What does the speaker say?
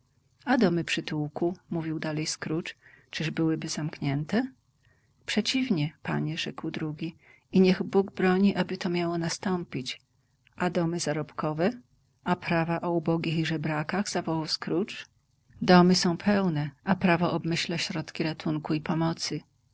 a domy przytułku mówił dalej scrooge czyż byłyby zamknięte przeciwnie panie rzekł drugi i niech bóg broni aby to miało nastąpić a domy zarobkowe a prawa o ubogich i żebrakach zawołał scrooge domy są pełne a prawo obmyśla środki ratunku i pomocy